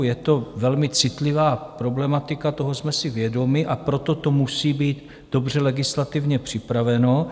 Je to velmi citlivá problematika, toho jsme si vědomi, a proto to musí být dobře legislativně připraveno.